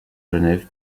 genève